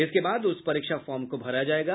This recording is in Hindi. इसके बाद उस परीक्षा फार्म को भरा जायेगा